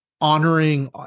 honoring